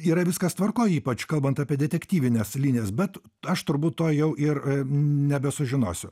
yra viskas tvarkoj ypač kalbant apie detektyvines linijas bet aš turbūt to jau ir nebesužinosiu